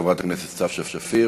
חברת הכנסת סתיו שפיר,